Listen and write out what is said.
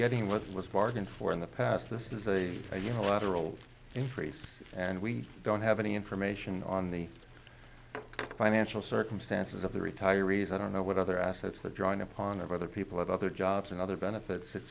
getting what was bargained for in the past this is a unilateral increase and we don't have any information on the financial circumstances of the retirees i don't know what other assets the drawing upon of other people have other jobs and other benefits it's